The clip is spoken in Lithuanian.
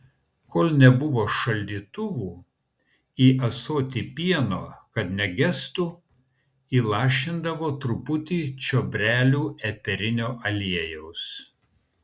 kol nebuvo šaldytuvų į ąsotį pieno kad negestų įlašindavo truputį čiobrelių eterinio aliejaus